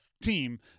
team